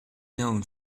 known